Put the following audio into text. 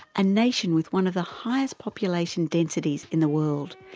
a nation with one of the highest population densities in the world,